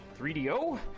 3DO